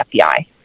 FBI